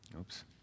Oops